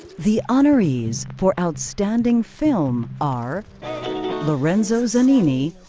the honorees for outstanding film are lorenzo zanini,